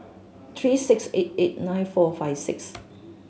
three six eight eight nine four five six